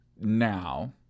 now